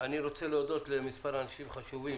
אני רוצה להודות למספר אנשים חשובים